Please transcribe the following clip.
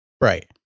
right